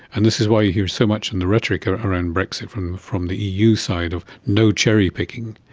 and this is why you hear so much in the rhetoric around brexit from from the eu side of no cherry picking.